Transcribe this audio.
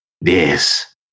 Yes